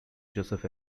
joseph